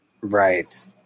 Right